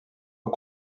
aux